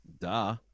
duh